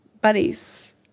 buddies